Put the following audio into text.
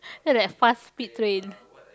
ya like fast speed train